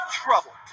trouble